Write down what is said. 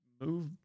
move